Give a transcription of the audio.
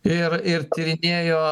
ir ir tyrinėjo